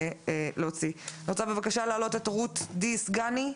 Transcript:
אני רוצה בבקשה להעלות את רות די סגני.